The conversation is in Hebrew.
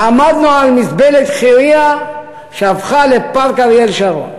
אז עמדנו על מזבלת חירייה שהפכה לפארק אריאל שרון,